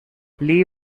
lee